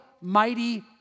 mighty